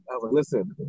listen